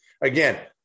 Again